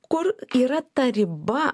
kur yra ta riba